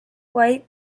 white